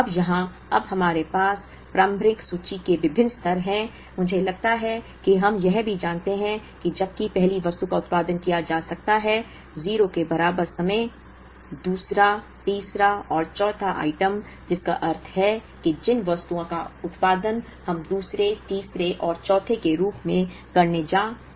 अब यहाँ अब हमारे पास प्रारंभिक सूची के विभिन्न स्तर हैं मुझे लगता है कि हम यह भी जानते हैं कि जबकि पहली वस्तु का उत्पादन किया जा सकता है 0 के बराबर समय दूसरा तीसरा और चौथा आइटम जिसका अर्थ है कि जिन वस्तुओं का उत्पादन हम दूसरे तीसरे और चौथे के रूप में करने जा रहे हैं